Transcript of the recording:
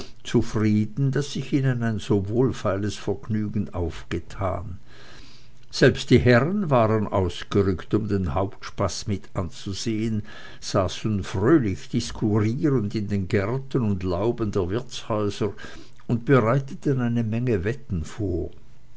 zufrieden daß sich ihnen ein so wohlfeiles vergnügen aufgetan selbst die herren waren ausgerückt um den hauptspaß mit anzusehen saßen fröhlich diskurrierend in den gärten und lauben der wirtshäuser und bereiteten eine menge wetten vor